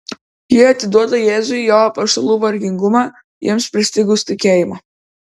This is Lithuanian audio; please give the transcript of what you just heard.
ji atiduoda jėzui jo apaštalų vargingumą jiems pristigus tikėjimo